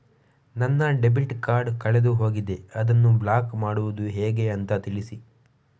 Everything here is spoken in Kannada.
ನನ್ನ ಡೆಬಿಟ್ ಕಾರ್ಡ್ ಕಳೆದು ಹೋಗಿದೆ, ಅದನ್ನು ಬ್ಲಾಕ್ ಮಾಡುವುದು ಹೇಗೆ ಅಂತ ತಿಳಿಸಿ?